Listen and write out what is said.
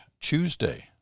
Tuesday